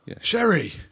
Sherry